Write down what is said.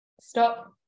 stop